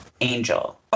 angel